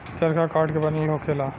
चरखा काठ के बनल होखेला